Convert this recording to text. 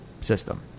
system